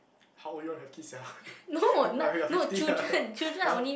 how old you wanna have kids sia like you are fifty [huh] [huh]